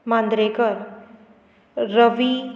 Mandrekar Ravi